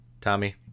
tommy